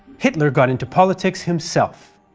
hitler got into politics himself.